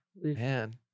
man